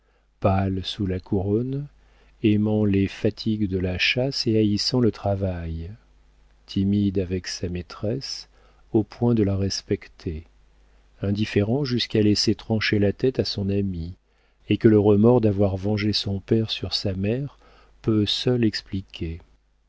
pâle sous la couronne aimant les fatigues de la chasse et haïssant le travail timide avec sa maîtresse au point de la respecter indifférent jusqu'à laisser trancher la tête à son ami et que le remords d'avoir vengé son père sur sa mère peut seul expliquer